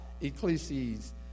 Ecclesiastes